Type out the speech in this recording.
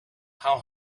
how